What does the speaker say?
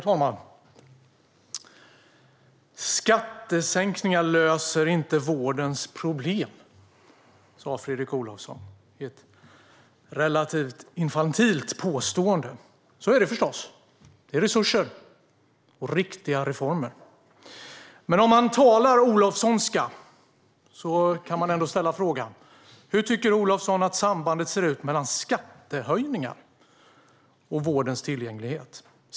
Herr talman! Skattesänkningar löser inte vårdens problem, sa Fredrik Olovsson i ett relativt infantilt påstående. Så är det förstås. Det gör resurser och riktiga reformer. Om man talar olovssonska kan man ställa frågan: Hur tycker Olovsson att sambandet ser ut mellan skattehöjningar och vårdens tillgänglighet?